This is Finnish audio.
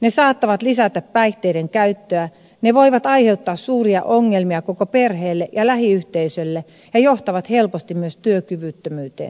ne saattavat lisätä päihteiden käyttöä ne voivat aiheuttaa suuria ongelmia koko perheelle ja lähiyhteisölle ja johtavat helposti myös työkyvyttömyyteen